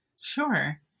Sure